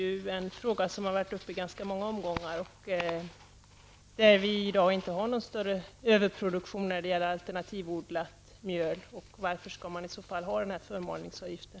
Det är en fråga som har varit uppe i ganska många omgångar. Vi har i dag inte någon större överproduktion av alternativodlat mjöl. Varför skall vi i så fall ha förmalningsavgiften?